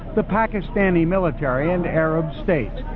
the pakistani military, and arab states.